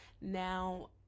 Now